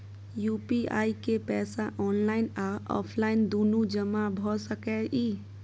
UPI के पैसा online आ ऑफलाइन दुनू जमा भ सकै इ?